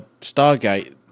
Stargate